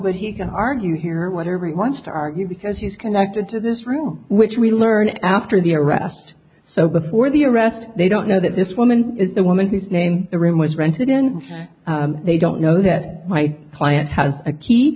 but he can argue here whatever he wants to argue because he's connected to this rule which we learned after the arrest so before the arrest they don't know that this woman is the woman whose name the room was rented in they don't know that my client has a key